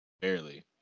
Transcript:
Barely